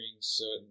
certain